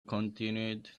continued